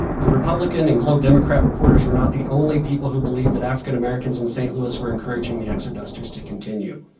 the republican and globe democrat reporters were not the only people who believed that african americans in st. louis were encouraging the exodusters to continue.